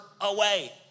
away